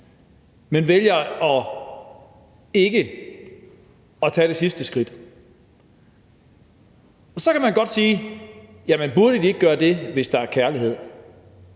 vælger ikke at tage det sidste skridt. Så kan man godt sige: Burde de ikke gøre det, hvis det er kærlighed?